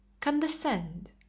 condescend